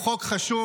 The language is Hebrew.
הוא חוק חשוב,